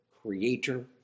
creator